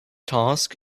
task